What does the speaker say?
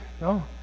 No